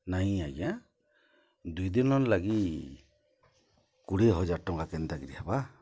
ନାଇଁ ଆଜ୍ଞା ଦୁଇ ଦିନର୍ ଲାଗି କୁଡ଼େ ହଜାର୍ ଟଙ୍କା କେନ୍ତାକିରି ହେବା